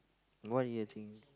what do you think